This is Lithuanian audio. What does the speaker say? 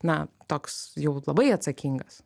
na toks jau labai atsakingas